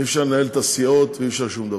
אי-אפשר לנהל את הסיעות ואי-אפשר שום דבר.